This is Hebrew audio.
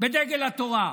בדגל התורה,